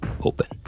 open